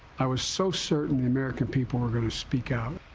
i was so certain the american people were going to speak out.